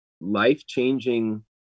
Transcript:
life-changing